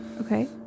Okay